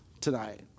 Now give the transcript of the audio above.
tonight